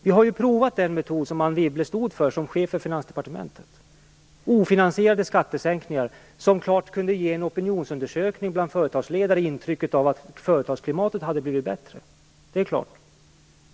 Vi har provat den metod som Anne Wibble stod för som chef för Finansdepartementet - ofinansierade skattesänkningar, som naturligtvis i en opinionsundersökning bland företagsledare kunde ge intryck av att företagsklimatet hade blivit bättre. Det är klart.